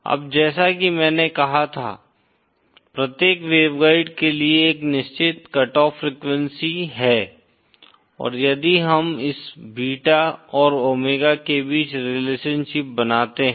अब जैसा कि मैंने कहा था प्रत्येक वेवगाइड के लिए एक निश्चित कट ऑफ फ्रीक्वेंसी है और यदि हम इस बीटा और ओमेगा के बीच रिलेशनशिप बनाते हैं